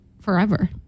forever